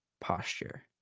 posture